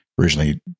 originally